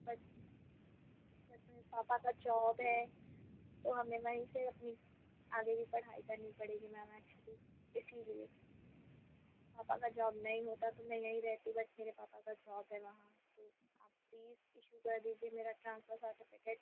बस सच में पापा का जॉब है तो हमें वहीं से अपनी आगे की पढ़ाई करनी पड़ेगी मैम एक्चुअली इसीलिए पापा का जॉब नहीं होता तो मैं यहीं रहती बट मेरे पापा का जॉब है वहाँ तो आप प्लीज़ इशू कर दीजिए मेरा ट्रान्सफ़र सर्टिफ़िकेट